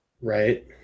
Right